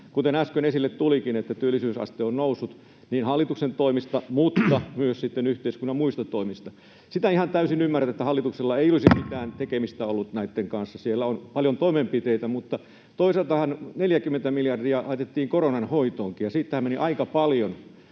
kuten äsken esille tulikin, työllisyysaste on noussut, niin hallituksen toimista kuin myös sitten yhteiskunnan muista toimista johtuen. Sitä en ihan täysin ymmärrä, että hallituksella ei olisi mitään tekemistä ollut näitten kanssa. Siellä on paljon toimenpiteitä, ja toisaaltahan 40 miljardia laitettiin koronanhoitoonkin. Siitähän meni aika paljon